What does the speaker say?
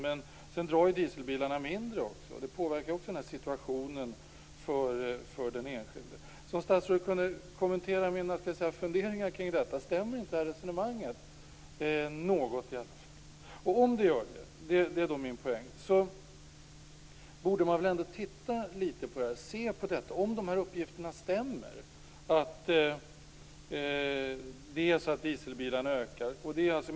Dieselbilarna drar mindre bränsle. Det påverkar situationen för den enskilde. Stämmer inte resonemanget? Om det gör det, borde man väl ändå se på om uppgifterna stämmer att dieselbilarna ökar i antal.